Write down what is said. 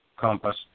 Compass